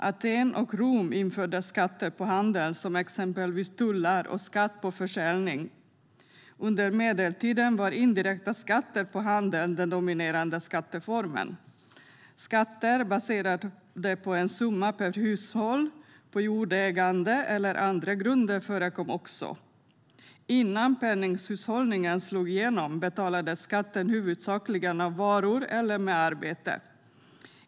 Aten och Rom införde skatter på handeln, exempelvis tullar och skatt på försäljning. Under medeltiden var indirekta skatter på handeln den dominerande skatteformen. Skatter baserade på en summa per hushåll, på jordägande eller andra grunder förekom också. Innan penninghushållningen slog igenom betalades skatten huvudsakligen i varor eller med arbete.